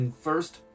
first